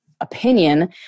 opinion